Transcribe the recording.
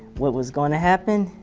what was going to happen,